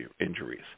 injuries